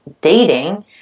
dating